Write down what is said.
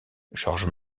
georges